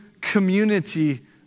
community